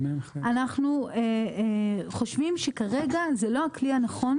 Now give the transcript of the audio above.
אנחנו חושבים שכרגע זה לא הכלי הנכון,